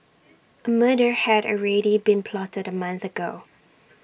A murder had already been plotted A month ago